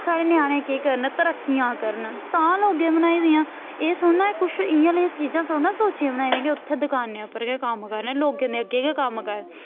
साढ़े ञ्यानें केह् करन तरक्कियां करन तां लोगें बनाई दियां एह् थोहड़ी ना कुछ इ'यां एह् लेहियां चीज़ां थोह्ड़ियां सोचियां बनाई दियां कि उत्थै दकानें उप्पर गै कम्म करन लोकें दे अग्गें गै कम्म कर